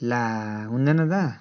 ला हुँदैन दा